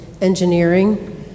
engineering